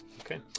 Okay